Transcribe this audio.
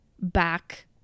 back